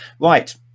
Right